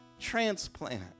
transplant